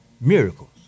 Miracles